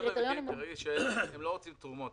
זה במקרים שהם לא רוצים תרומות,